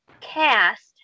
cast